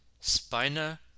spina